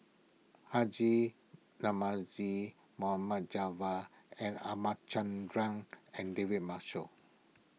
Haji Namazie Mohd and R Ramachandran and David Marshall